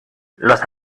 los